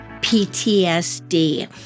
PTSD